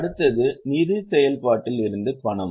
அடுத்தது நிதிச் செயல்பாட்டில் இருந்து பணம்